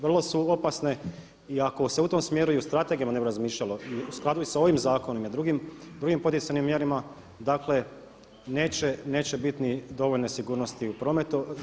Vrlo su opasne i ako se u tom smjeru i u strategijama ne bude razmišljalo i u skladu i sa ovim zakonima i drugim poticajnim mjerama, dakle neće biti niti dovoljne sigurnosti u prometu.